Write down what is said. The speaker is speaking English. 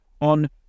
on